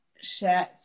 share